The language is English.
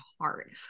heart